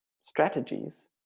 strategies